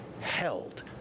held